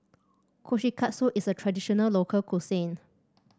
kushikatsu is a traditional local cuisine